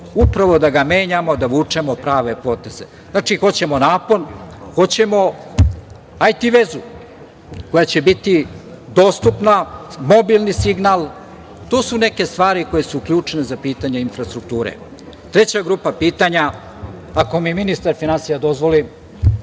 upravo da ga menjamo da vučemo prave poteze. Znači, hoćemo napon, hoćemo IT vezu koja će biti dostupna, mobilni signal. To su neke stvari koje su ključne za pitanje infrastrukture. Treća grupa pitanja, ako mi ministar finansija dozvoli,